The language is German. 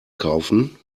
kaufen